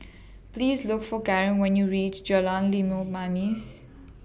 Please Look For Caren when YOU REACH Jalan Limau Manis